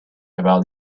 about